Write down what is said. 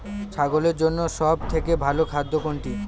ছাগলের জন্য সব থেকে ভালো খাদ্য কোনটি?